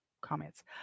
comments